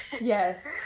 Yes